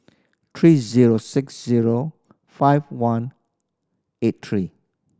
three zero six zero five one eight three